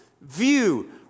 view